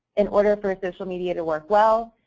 in order for social media to work well,